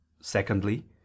Secondly